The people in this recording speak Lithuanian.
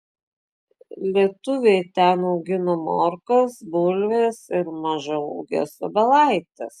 lietuviai ten augino morkas bulves ir mažaūges obelaites